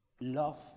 love